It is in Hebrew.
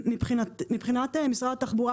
מבחינת משרד התחבורה,